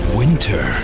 winter